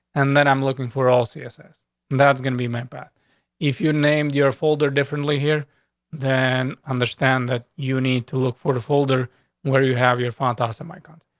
and then i'm looking for all css that's gonna be met back if you named your folder differently here than understand that you need to look for the folder where you have your fantastic my country.